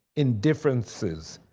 indifferences,